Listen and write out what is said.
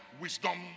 wisdom